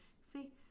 See